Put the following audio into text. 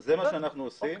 זה מה שאנחנו עושים.